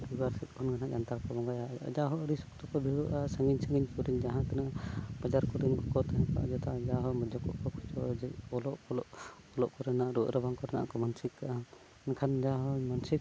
ᱨᱚᱵᱤᱵᱟᱨ ᱥᱮᱫ ᱠᱷᱚᱱᱜᱮ ᱱᱟᱜ ᱡᱟᱱᱛᱷᱟᱲ ᱠᱚ ᱵᱚᱸᱜᱟᱭᱟ ᱡᱟᱦᱳ ᱟᱹᱰᱤ ᱥᱚᱠᱛᱚ ᱠᱚ ᱵᱷᱤᱲᱚᱜᱼᱟ ᱥᱟᱺᱜᱤᱧ ᱥᱟᱺᱜᱤᱧ ᱠᱚᱨᱤᱱ ᱡᱟᱦᱟᱛᱤᱱᱟᱹᱜ ᱵᱟᱡᱟᱨ ᱠᱚᱨᱤᱱ ᱠᱚᱠᱚ ᱛᱟᱦᱮᱱᱟ ᱡᱚᱛᱚᱣᱟᱜ ᱡᱟᱦᱳ ᱠᱚ ᱠᱷᱳᱡᱳᱜᱼᱟ ᱡᱮ ᱚᱞᱚᱜ ᱵᱚᱞᱚᱜ ᱚᱞᱚᱜ ᱠᱚᱨᱮᱱᱟᱜ ᱨᱩᱣᱟᱹᱜ ᱨᱟᱵᱟᱝ ᱠᱚᱨᱮᱱᱟᱜ ᱠᱚ ᱢᱟᱱᱥᱤᱠ ᱠᱟᱜᱼᱟ ᱢᱮᱱᱠᱷᱟᱱ ᱡᱟᱦᱳ ᱢᱟᱱᱥᱤᱠ